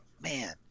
man